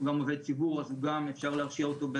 גם עובד ציבור אז גם אפשר להרשיע אותו,